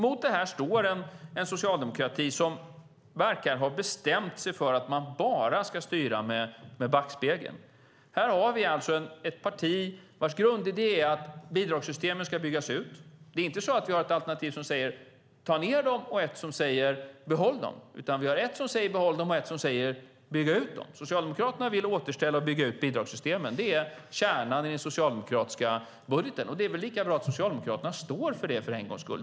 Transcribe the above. Mot detta står en socialdemokrati som verkar ha bestämt sig för att man bara ska styra genom att titta i backspegeln. Här har vi ett parti vars grundidé är att bidragssystemet ska byggas ut. Det är inte så att vi har ett alternativ som säger att vi ska ta ned dem och ett som säger att vi ska behålla dem, utan vi har ett som säger att vi ska behålla dem och ett som säger att vi ska bygga ut dem. Socialdemokraterna vill återställa och bygga ut bidragssystemen. Det är kärnan i den socialdemokratiska budgeten. Det är väl lika bra att Socialdemokraterna står för det för en gångs skull.